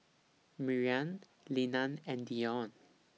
Mariann Linna and Dion